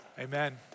Amen